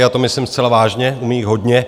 A to myslím zcela vážně, umí jich hodně.